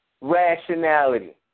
rationality